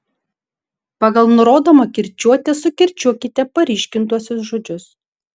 pagal nurodomą kirčiuotę sukirčiuokite paryškintuosius žodžius